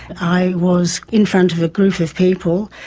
i was in front of a group of people,